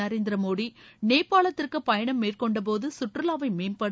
நரேந்திர மோடி நேபாளத்திற்கு பயணம் மேற்கொண்டபோது சுற்றுலாவை மேம்படுத்த